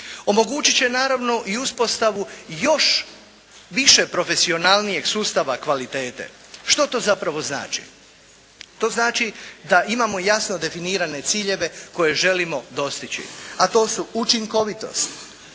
Omogućit će naravno i uspostavu još više profesionalnijeg sustava kvalitete. Što to zapravo znači? To znači da imamo jasno definirane ciljeve koje želimo dostići, a to su učinkovitost,